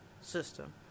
system